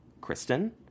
Kristen